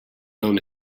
own